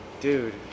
Dude